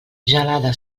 gelada